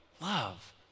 love